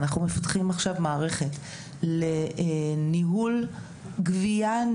אנחנו מפתחים עכשיו מערכת לניהול גבייה,